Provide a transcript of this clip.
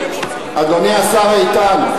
אדוני השר איתן,